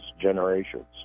generations